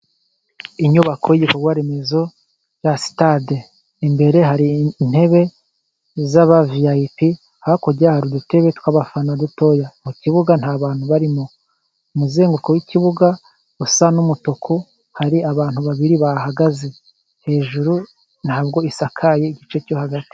Inyubako y'ibikorwa remezo bya sitade, imbere hari intebe z'abaviyayipi, hakurya hari udutebe tw'abafana dutoya, mu kibuga nta bantu barimo, umuzenguko w'ikibuga usa n'umutuku, hari abantu babiri bahagaze, hejuru ntabwo isakaye igice cyo hagati.